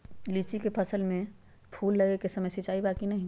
लीची के फसल में फूल लगे के समय सिंचाई बा कि नही?